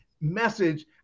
message